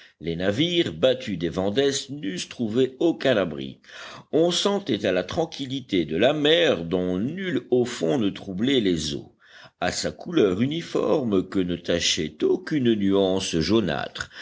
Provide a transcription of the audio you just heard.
les navires battus des vents d'est n'eussent trouvé aucun abri on sentait à la tranquillité de la mer dont nul haut fond ne troublait les eaux à sa couleur uniforme que ne tachait aucune nuance